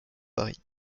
barry